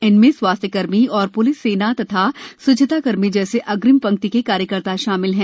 इनमें स्वास्थ्यकर्मी तथा पुलिस सेना और स्वच्छताकर्मी जैसे अग्रिम पंक्ति के कार्यकर्ता शामिल हैं